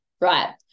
Right